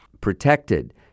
protected